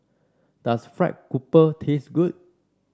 does fried grouper taste good